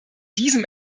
diesem